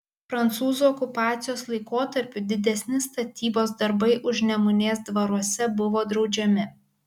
prancūzų okupacijos laikotarpiu didesni statybos darbai užnemunės dvaruose buvo draudžiami